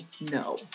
no